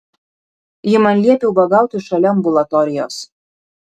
ji man liepė ubagauti šalia ambulatorijos